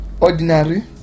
Ordinary